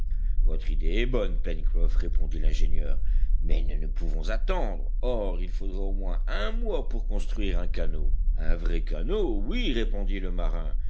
votre idée est bonne pencroff répondit l'ingénieur mais nous ne pouvons attendre or il faudrait au moins un mois pour construire un canot un vrai canot oui répondit le marin